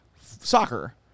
soccer